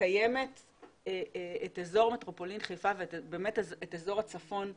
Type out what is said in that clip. שמקיימת את אזור מטרופולין חיפה ואת אזור הצפון כולו.